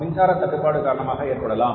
மின்சாரம் தட்டுப்பாடு காரணமாக ஏற்படலாம்